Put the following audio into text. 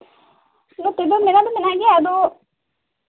ᱱᱚᱛᱮ ᱫᱚ ᱢᱮᱱᱟᱜ ᱜᱮᱭᱟ ᱟᱫᱚ